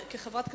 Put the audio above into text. כחברת הכנסת,